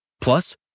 Plus